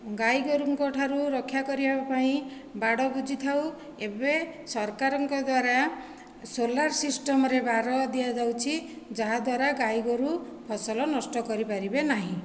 ଗାଈଗୋରୁଙ୍କ ଠାରୁ ରକ୍ଷା କରିବା ପାଇଁ ବାଡ଼ ବୁଜି ଥାଉ ଏବେ ସରକାରଙ୍କ ଦ୍ଵାରା ସୋଲାର ସିଷ୍ଟମ୍ରେ ବାଡ଼ ଦିଆଯାଉଛି ଯାହାଦ୍ୱାରା ଗାଈଗୋରୁ ଫସଲ ନଷ୍ଟ କରିପାରିବେ ନାହିଁ